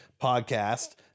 podcast